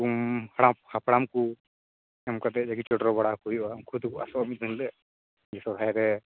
ᱩᱢ ᱦᱟᱲᱟᱢ ᱦᱟᱯᱲᱟᱢ ᱠᱚ ᱮᱢ ᱠᱟᱛᱮ ᱡᱮᱛᱮ ᱪᱚᱰᱚᱨ ᱵᱟᱲᱟ ᱟᱠᱚ ᱦᱩᱭᱩᱜ ᱟ ᱩᱱᱠᱩ ᱫᱚ ᱚᱥᱚᱞ ᱨᱤᱱ ᱜᱮ ᱥᱚᱨᱦᱟᱭ ᱨᱮ